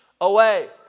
away